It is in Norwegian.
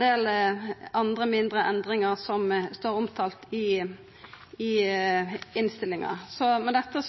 del andre, mindre endringar som det står om i innstillinga. Med dette